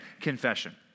confession